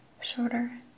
shorter